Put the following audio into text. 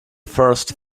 first